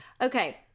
Okay